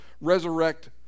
resurrect